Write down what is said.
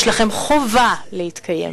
יש לכם חובה להתקיים.